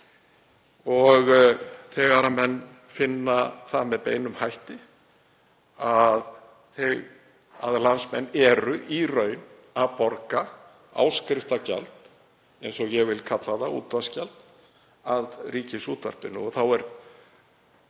Þegar menn finna það með beinum hætti að landsmenn eru í raun að borga áskriftargjald, eins og ég vil kalla það, útvarpsgjald, að Ríkisútvarpinu þá er